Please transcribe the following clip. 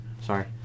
Sorry